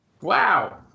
Wow